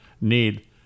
need